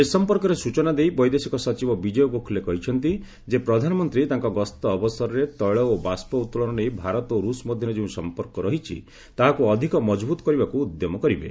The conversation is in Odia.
ଏ ସମ୍ପର୍କରେ ସୂଚନା ଦେଇ ବୈଦେଶିକ ସଚିବ ବିଜୟ ଗୋଖଲେ କହିଛନ୍ତି ଯେ ପ୍ରଧାନମନ୍ତ୍ରୀ ତାଙ୍କ ଗସ୍ତ ଅବସରରେ ତେିଳ ଓ ବାଷ୍କ ଉତ୍ତୋଳନ ନେଇ ଭାରତ ଓ ରୁଷ ମଧ୍ୟରେ ଯେଉଁ ସମ୍ପର୍କ ରହିଛି ତାହାକୁ ଅଧିକ ମଜବୁତ କରିବାକୁ ଉଦ୍ୟମ କରିବେ